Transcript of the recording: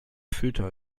filter